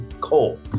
coal